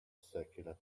circular